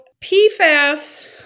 PFAS